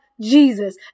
Jesus